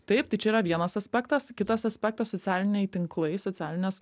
taip tai čia yra vienas aspektas kitas aspektas socialiniai tinklai socialinės